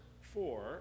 four